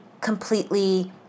completely